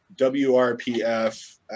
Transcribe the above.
WRPF